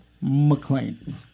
mclean